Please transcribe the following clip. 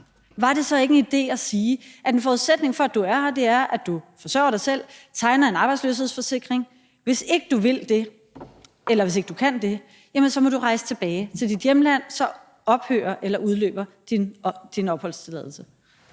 var det så ikke en idé at sige: En forudsætning for, at du er her, er, at du forsørger dig selv, tegner en arbejdsløshedsforsikring, og hvis ikke du vil det, eller hvis ikke du kan det, så må du rejse tilbage til dit hjemland, for så ophører eller udløber din opholdstilladelse?